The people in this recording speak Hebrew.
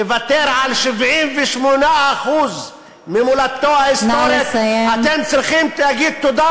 לוותר על 78% ממולדתו ההיסטורית, נא לסיים.